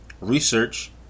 research